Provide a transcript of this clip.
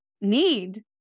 need